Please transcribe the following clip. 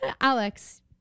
alex